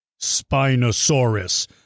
Spinosaurus